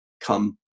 come